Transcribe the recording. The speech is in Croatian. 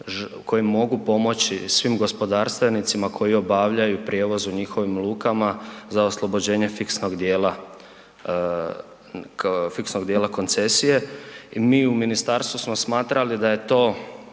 kojim mogu pomoći svim gospodarstvenicima koji obavljaju prijevoz u njihovim lukama za oslobođenje fiksnog dijela koncesije i mi u ministarstvu smo smatrali da je to